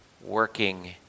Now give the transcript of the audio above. working